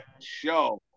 show